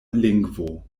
lingvo